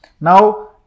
Now